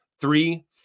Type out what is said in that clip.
Three